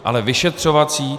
Ale vyšetřovací?